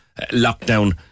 lockdown